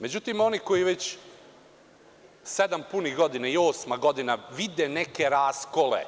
Međutim, oni koji već sedam punih godina i osma godina vide neke raskole